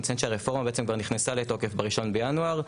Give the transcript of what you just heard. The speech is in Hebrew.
אני אציין שהרפורמה בעצם כבר נכנסה לתוקף ב-1 בינואר.